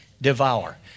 devour